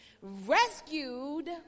Rescued